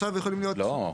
לא.